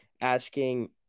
asking –